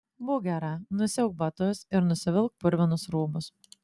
būk gera nusiauk batus ir nusivilk purvinus rūbus